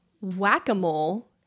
whack-a-mole